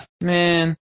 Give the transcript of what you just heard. man